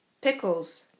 Pickles